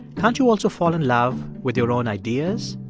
can't you also fall in love with your own ideas,